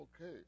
Okay